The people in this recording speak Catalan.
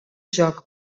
joc